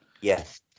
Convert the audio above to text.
yes